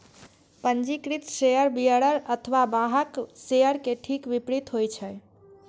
पंजीकृत share bearer अथवा वाहक शेयर के ठीक विपरीत होइ छै